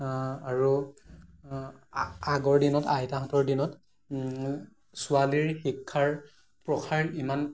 আৰু আ আগৰ দিনত আইতাহঁতৰ দিনত ছোৱালীৰ শিক্ষাৰ প্ৰসাৰ ইমান